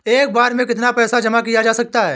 एक बार में कितना पैसा जमा किया जा सकता है?